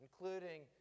Including